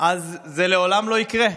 אז זה לעולם לא יקרה.